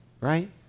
right